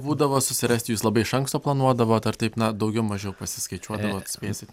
būdavo susirasti jūs labai iš anksto planuodavot ar taip na daugiau mažiau pasiskaičiuodavot spėsit